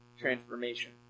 transformation